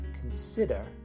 consider